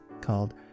called